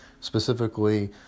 Specifically